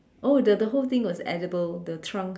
oh the the whole thing was edible the trunk